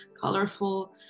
colorful